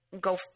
go